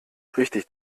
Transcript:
richtig